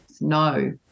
no